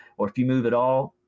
or if you move at all,